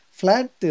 flat